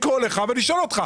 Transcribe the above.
לקרוא לך ולשאול אותך.